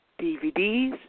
DVDs